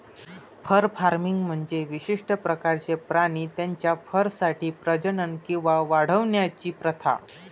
fur farming म्हणजे विशिष्ट प्रकारचे प्राणी त्यांच्या फरसाठी प्रजनन किंवा वाढवण्याची प्रथा